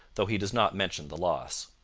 though he does not mention the loss.